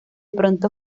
pronto